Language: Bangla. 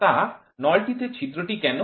তা নলটিতে ছিদ্রটি কেন